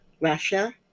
Russia